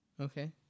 Okay